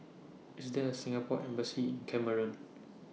IS There A Singapore Embassy in Cameroon